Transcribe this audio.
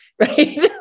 right